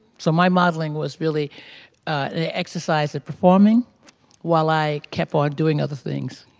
so my modeling was really the exercise of performing while i kept on doing other things.